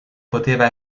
poteva